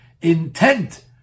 intent